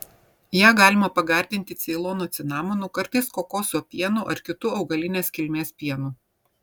ją galima pagardinti ceilono cinamonu kartais kokosų pienu ar kitu augalinės kilmės pienu